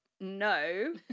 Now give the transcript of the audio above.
No